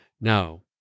Now